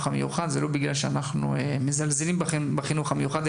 המיוחד זה לא בגלל שאנחנו מזלזלים בחינוך המיוחד,